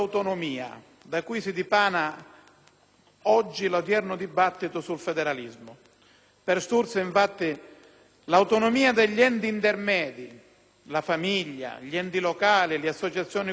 oggi l'odierno dibattito sul federalismo. Per Sturzo, infatti, l'autonomia degli enti intermedi, la famiglia, gli enti locali, le associazioni culturali e professionali e i sindacati